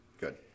good